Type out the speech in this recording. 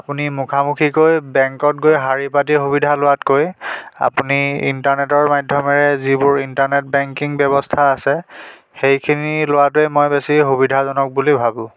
আপুনি মুখামুখিলৈ বেংকত গৈ শাৰী পাতি সুবিধা লোৱাতকৈ আপুনি ইণ্টাৰনেটৰ মাধ্যমেৰে যিবোৰ ইণ্টাৰনেট বেংকিং ব্যৱস্থা আছে সেইখিনি লোৱাটোৱেই মই বেছি সুবিধাজনক বুলি ভাবোঁ